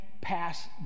pass